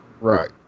Right